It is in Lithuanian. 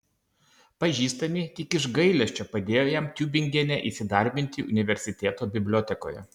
pažįstami tik iš gailesčio padėjo jam tiubingene įsidarbinti universiteto bibliotekoje